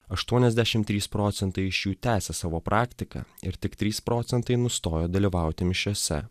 aštuoniasdešim trys procentai iš jų tęsia savo praktiką ir tik trys procentai nustojo dalyvauti mišiose